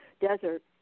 desert